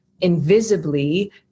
invisibly